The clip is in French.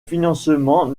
financements